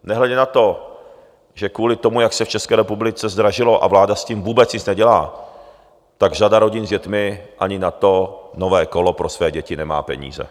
Nehledě na to, že kvůli tomu, jak se v České republice zdražilo, a vláda s tím vůbec nic nedělá, tak řada rodin s dětmi ani na to nové kolo pro své děti nemá peníze.